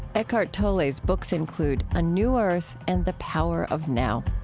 eckhart tolle's books include a new earth and the power of now